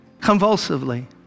convulsively